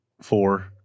four